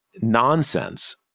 nonsense